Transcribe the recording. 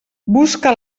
busca